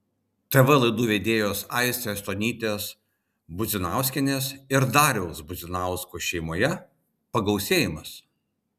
tv laidų vedėjos aistės stonytės budzinauskienės ir dariaus budzinausko šeimoje pagausėjimas